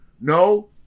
no